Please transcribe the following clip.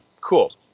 cool